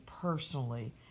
personally